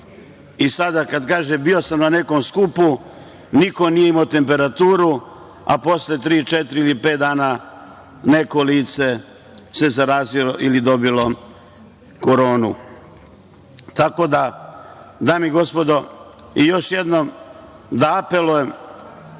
Sada kad se kaže - bio sam na nekom skupu, niko nije imao temperaturu, a posle tri, četiri ili pet dana neko lice se zarazilo ili dobilo koronu. Dame i gospodo, još jednom da apelujem